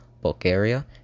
Bulgaria